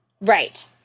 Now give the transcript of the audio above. Right